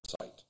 site